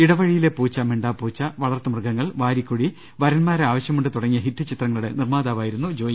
ഇടവ ഴിയിലെ പൂച്ച മിണ്ടാപ്പൂച്ച വളർത്തു മൃഗങ്ങൾ വാരിക്കുഴി വരന്മാരെ ആവ ശ്യമുണ്ട് തുടങ്ങിയ ഹിറ്റ് ചിത്രങ്ങളുടെ നിർമാതാവായിരുന്നു ജോയി